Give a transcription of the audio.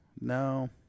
No